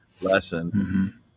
Lesson